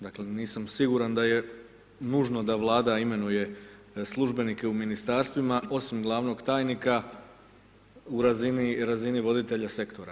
Dakle nisam siguran da je nužno da Vlada imenuje službenike u Ministarstvima osim glavnog tajnika u razini voditelja sektora.